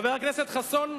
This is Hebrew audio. חבר הכנסת חסון,